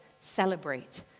Celebrate